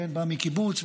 בא מקיבוץ,